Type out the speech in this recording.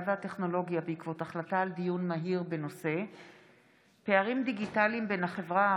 והטכנולוגיה בעקבות דיון מהיר בהצעתו של חבר הכנסת יוסף ג'בארין בנושא: